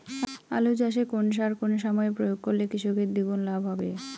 আলু চাষে কোন সার কোন সময়ে প্রয়োগ করলে কৃষকের দ্বিগুণ লাভ হবে?